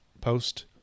post